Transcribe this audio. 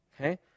Okay